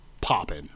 popping